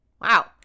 Wow